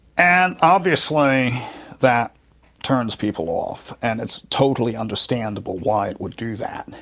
and obviously that turns people off, and it's totally understandable why it would do that.